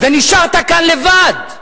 ונשארת כאן לבד.